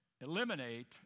eliminate